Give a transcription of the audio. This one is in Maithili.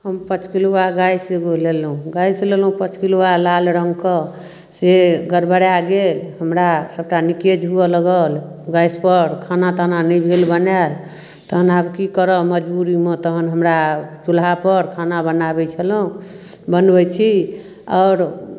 हम पचकिलुआ गैस एगो लेलहुँ गैस लेलहुँ पचकिलुआ लाल रङ्गके से गड़बड़ा गेल हमरा सबटा लीकेज हुअ लागल गैसपर खाना ताना नहि भेल बनायल तहन आब की करब मजबूरीमे तहन हमरा चूल्हापर खाना बनाबै छलहुँ बनबै छी आओर